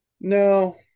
No